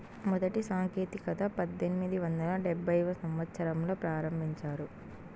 మొదటి సాంకేతికత పద్దెనిమిది వందల డెబ్భైవ సంవచ్చరంలో ప్రారంభించారు